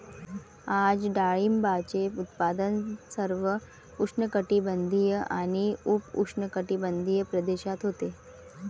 आज डाळिंबाचे उत्पादन सर्व उष्णकटिबंधीय आणि उपउष्णकटिबंधीय प्रदेशात होते